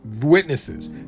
Witnesses